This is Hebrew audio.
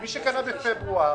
מי שקנה בפברואר,